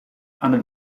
under